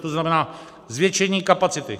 To znamená zvětšení kapacity.